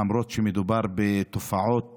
למרות שמדובר בתופעות